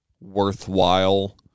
worthwhile